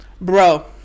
Bro